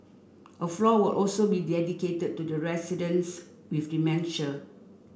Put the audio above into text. a floor will also be dedicated to the residents with dementia